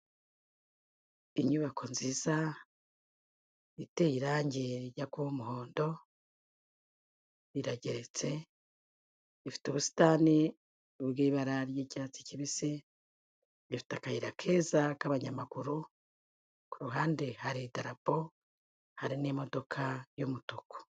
Inyubako nziza iteye irangi rijya kuba umuhondo, irageretse, ifite ubusitani bw'ibara ry'icyatsi kibisi, ifite akayira keza k'abanyamaguru, ku ruhande hari ldarapo hari n'imodoka y'umutuku.